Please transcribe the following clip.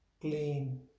clean